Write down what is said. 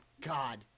God